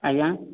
ଆଜ୍ଞା